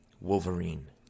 Wolverine